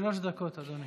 שלוש דקות, אדוני.